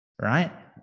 right